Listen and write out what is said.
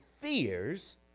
fears